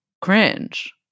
cringe